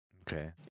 Okay